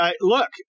look